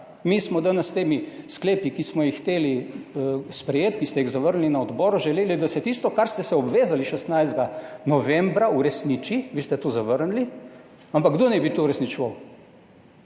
Mi smo danes s temi sklepi, ki smo jih hoteli sprejeti, ki ste jih zavrnili na odboru, želeli, da se tisto, kar ste se obvezali 16. novembra uresniči. Vi ste to zavrnili. Ampak kdo naj bi to uresničeval?